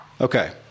Okay